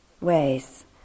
ways